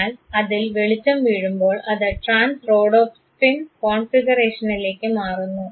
എന്നാൽ അതിൽ വെളിച്ചം വീഴുമ്പോൾ അത് ട്രാൻസ് റോഡോപ്സിൻ കോൺഫിഗറേഷനിലേക്ക് മാറുന്നു